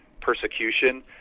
persecution